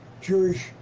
Jewish